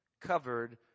covered